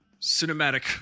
cinematic